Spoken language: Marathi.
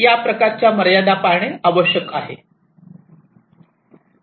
त्या प्रकारच्या मर्यादा पाळणे आवश्यक आहे